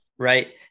Right